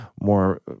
more